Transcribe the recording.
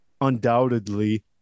undoubtedly